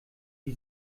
wie